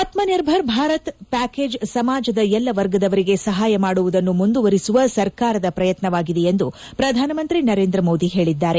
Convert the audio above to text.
Atmanirbhar Bharat package ಸಮಾಜದ ಎಲ್ಲ ವರ್ಗದವರಿಗೆ ಸಹಾಯ ಮಾಡುವುದನ್ನು ಮುಂದುವರಿಸುವ ಸರ್ಕಾರದ ಪ್ರಯತ್ನವಾಗಿದೆ ಎಂದು ಪ್ರಧಾನಮಂತ್ರಿ ನರೇಂದ ಮೋದಿ ಹೇಳಿದ್ದಾರೆ